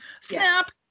Snap